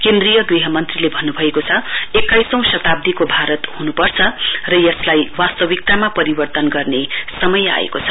केन्द्रीय गृहमन्त्रीले भन्नुभयो एक्काइसौं शताब्दीको भारत हुनुपर्छ र यसलाई वास्तविक्तामा परिवर्तन गर्ने समय आएको छ